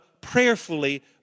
prayerfully